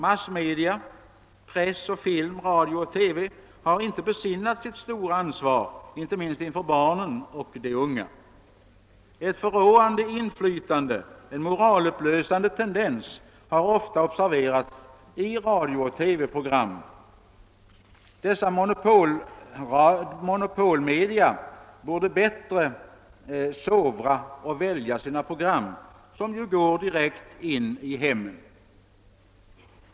Massmedia — press och film, radio och TV — har inte besinnat sitt stora ansvar, inte minst inför barnen och de unga. Ett förråande inflytande, en moralupplösande tendens har ofta observerats i radiooch TV-programmen. Dessa monopolmedia borde bättre sovra och väl ja sina program, som ju går direkt in i hemmen.